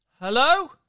Hello